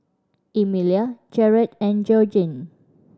Emelia Jarrad and Georgene